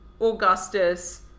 augustus